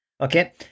okay